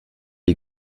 die